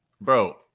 Bro